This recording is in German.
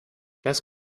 das